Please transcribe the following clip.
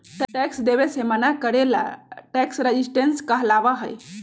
tax देवे से मना करे ला टैक्स रेजिस्टेंस कहलाबा हई